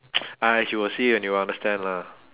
!hais! you will see it and you will understand lah